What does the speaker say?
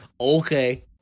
Okay